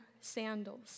sandals